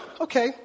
Okay